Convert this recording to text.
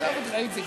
ממילא הרופאים רוצים,